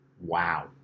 Wow